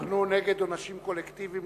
אנחנו נגד עונשים קולקטיביים,